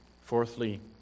fourthly